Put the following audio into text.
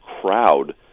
crowd